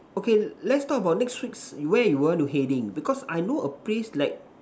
okay let's talk about next weeks where you want to heading because I know a place like